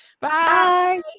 Bye